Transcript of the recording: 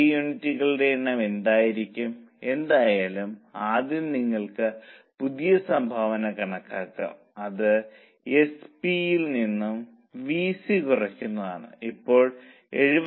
പുതിയ യൂണിറ്റുകളുടെ എണ്ണം എന്തായിരിക്കും എന്തായാലും ആദ്യം നിങ്ങൾക്ക് പുതിയ സംഭാവന കണക്കാക്കാം അത് എസ് പി യിൽ നിന്നും വി സി കുറയ്ക്കുന്നതാണ് അപ്പോൾ 72